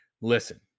listen